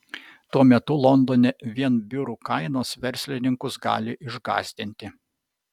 tuo metu londone vien biurų kainos verslininkus gali išgąsdinti